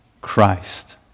Christ